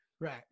Right